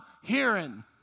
hearing